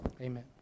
Amen